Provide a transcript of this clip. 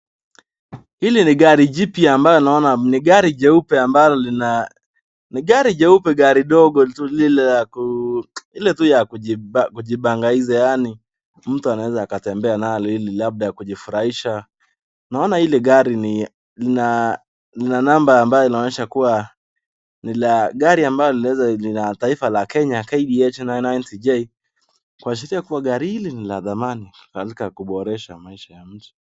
Hili ni gari jipya ambayo naona ni gari jeupe ambalo lina ni gari jeupe gari dogo ku ile tu kujibangaiza yaani mtu anaweza akatembea nalo ili labda ya kujifurahisha naona hili gari lina, lina namba ambao inaonyesha kuwa ni la gari ambalo linaonyesha jina la taifa la Kenya KBH 99CJ kuonyesha kuwa gari hili ni la dhamani katika kuboresha maisha ya mtu.